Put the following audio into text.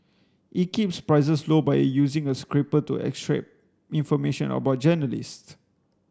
it keeps prices low by using a scraper to extract information about journalists